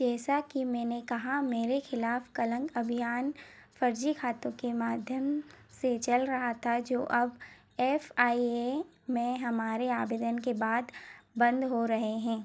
जैसा कि मैंने कहा मेरे खिलाफ कलंक अभियान फर्जी खातों के माध्यम से चल रहा था जो अब एफ आई ए में हमारे आवेदन के बाद बंद हो रहे हैं